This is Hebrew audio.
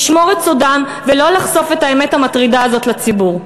לשמור את סודם ולא לחשוף את האמת המטרידה הזאת בציבור.